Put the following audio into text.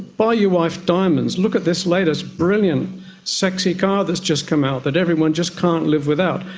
buy your wife diamonds, look at this latest brilliant sexy car that's just come out that everyone just can't live without.